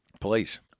Please